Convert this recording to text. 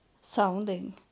sounding